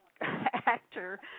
actor